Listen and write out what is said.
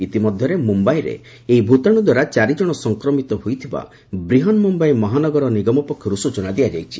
ଇତିମଧ୍ୟରେ ମୁମ୍ୟାଇରେ ଏହି ଭୂତାଣୁ ଦ୍ୱାରା ଚାରିଜଣ ସଂକ୍ରମିତ ହୋଇଥିବା ବ୍ରିହାନ୍ମୁମ୍ୟାଇ ମହାନଗର ନିଗମ ପକ୍ଷରୁ ସ୍ଟଚନା ଦିଆଯାଇଛି